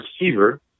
receiver